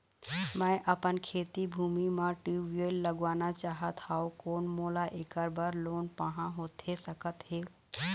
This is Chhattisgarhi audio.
मैं अपन खेती भूमि म ट्यूबवेल लगवाना चाहत हाव, कोन मोला ऐकर बर लोन पाहां होथे सकत हे?